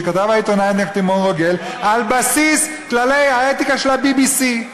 שכתב העיתונאי נקדימון רוגל על בסיס כללי האתיקה של ה-BBC.